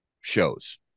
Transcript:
shows